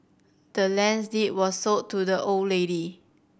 the land's deed was sold to the old lady